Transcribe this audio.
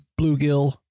bluegill